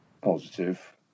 positive